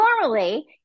normally